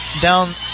down